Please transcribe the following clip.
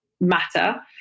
matter